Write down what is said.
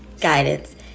guidance